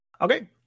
Okay